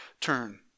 turn